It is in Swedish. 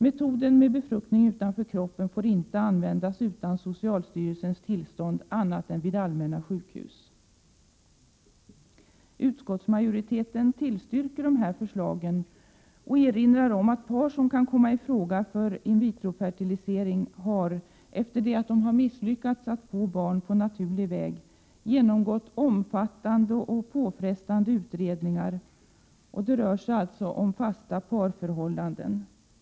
Metoden med befruktning utanför kroppen får inte användas utan socialstyrelsens tillstånd annat än vid allmänna sjukhus. Utskottsmajoriteten tillstyrker förslagen och erinrar om att par som kan komma i fråga för in vitro-fertilisering har, efter att ha misslyckats med att få barn på naturlig väg, genomgått omfattande och delvis påfrestande utredningar. Det rör sig alltså om fasta parförhållanden.